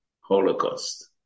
Holocaust